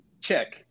Check